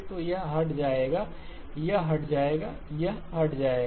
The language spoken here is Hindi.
तो यह हट जाएगा यह हट जाएगा यह हट जाएगा